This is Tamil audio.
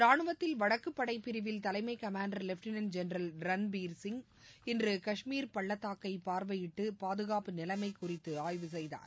ரானுவத்தில் வடக்கு படைப் பிரிவில் தலைமை commander lieutenant general Ranbir Singh இன்று காஷ்மீர் பள்ளத்தாக்கை பார்வைவயிட்டு பாதுகாப்பு நிலைமை குறித்து ஆய்வு செய்தார்